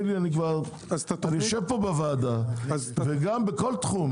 יושב פה בוועדה וגם בכל תחום.